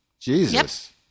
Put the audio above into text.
Jesus